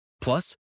Plus